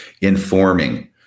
informing